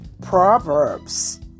Proverbs